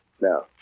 No